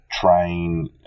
train